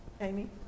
Amy